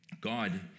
God